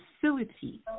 facility